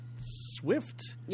swift